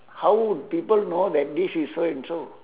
how would people know that this is so and so